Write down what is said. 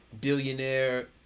billionaire